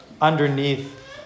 underneath